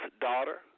Daughter